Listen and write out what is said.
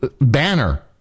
banner